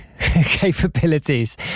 capabilities